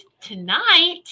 tonight